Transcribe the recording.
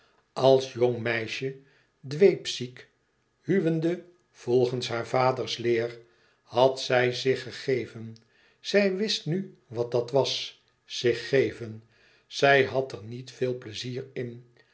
als jong meisje dweep ziek huwende volgens haar vaders leer had zij zich gegeven zij wist nu wat dat was zich geven zij had er niet veel pleizier in